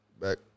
Back